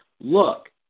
look